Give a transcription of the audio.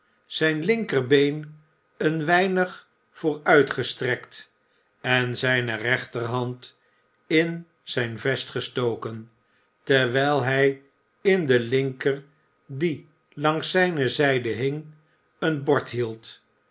zijn linkerbeen een weinig vooruitgestrekt en zijne rechterhand in zijn vest gestoken terwijl hij in de linker die langs zijne zijde hing een bord hield